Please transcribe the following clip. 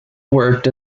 worked